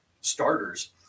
starters